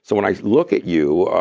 so when i look at you,